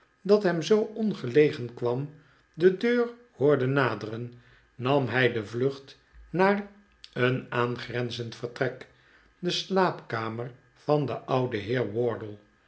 dat hem zoo ongelegen kwam de deur hoorde naderen nam hij de vlucht naar een aangrenzend vertrek de slaapkamer van den ouden heer wardle